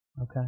Okay